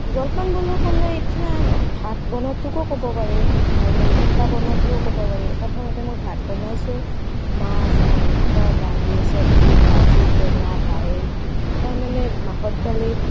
জলপান বুলি ক'লে এতিয়া ভাত বনোৱাটোকো ক'ব পাৰি আৰু পিঠা বনোৱাটোও ক'ব পাৰি প্ৰথমতে মই ভাত বনাইছোঁ মাছ মাংস দালি চবজি ভাজি টেঙা দাইল তাৰমানে মাহৰ দালি